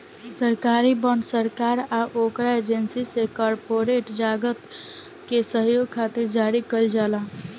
सरकारी बॉन्ड सरकार आ ओकरा एजेंसी से कॉरपोरेट जगत के सहयोग खातिर जारी कईल जाला